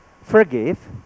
Forgive